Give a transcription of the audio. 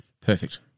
Perfect